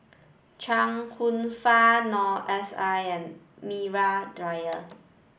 Chuang Hsueh Fang Noor S I and Maria Dyer